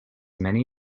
many